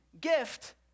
gift